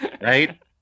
right